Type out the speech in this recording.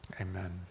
amen